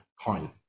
coin